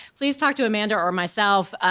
please talk to amanda or myself.